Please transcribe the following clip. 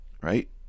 right